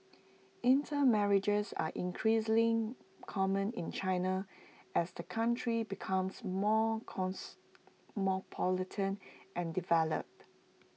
intermarriages are increasingly common in China as the country becomes more cosmopolitan and developed